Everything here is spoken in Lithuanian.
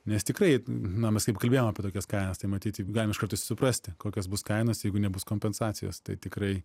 nes tikrai na mes kaip kalbėjom apie tokias kainas tai matyt jeigu galim iš karto suprasti kokios bus kainos jeigu nebus kompensacijos tai tikrai